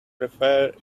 prefer